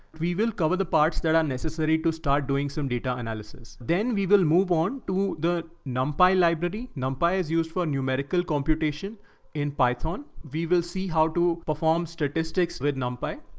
we will cover the parts that are necessary to start doing some data analysis. then we will move on to the numpy library. numpy is used for numerical computation in python. we will see how to perform statistics with numpy.